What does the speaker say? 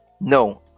No